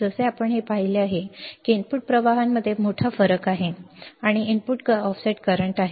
जसे आपण हे पाहिले आहे की इनपुट प्रवाहांमध्ये मोठा फरक आहे आणि इनपुट ऑफसेट वर्तमान आहे